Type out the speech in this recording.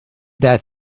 that